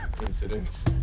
incidents